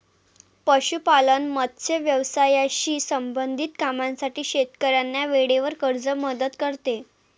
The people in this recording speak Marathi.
पशुपालन, मत्स्य व्यवसायाशी संबंधित कामांसाठी शेतकऱ्यांना वेळेवर कर्ज मदत करते